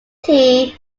tea